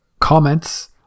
comments